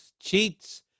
cheats